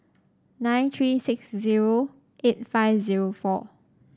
nine three six zero eight five zero four